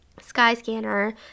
Skyscanner